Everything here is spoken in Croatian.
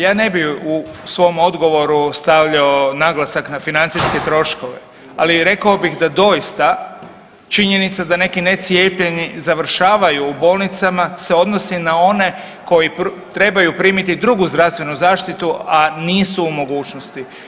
Ja ne bi u svom odgovoru stavljao naglasak na financijske troškove, ali rekao bih da doista činjenica da neki necijepljeni završavaju u bolnicama se odnosi na one koji trebaju primiti drugu zdravstvenu zaštitu, a nisu u mogućnosti.